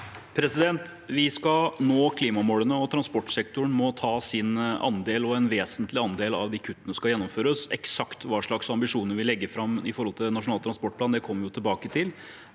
Vi skal nå kli- mamålene, og transportsektoren må ta sin andel – og en vesentlig andel – av de kuttene som skal gjennomføres. Eksakt hva slags ambisjoner vi legger fram for det i Nasjonal transportplan, kommer vi tilbake til,